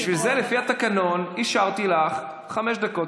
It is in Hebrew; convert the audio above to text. בשביל זה לפי התקנון אישרתי לך חמש דקות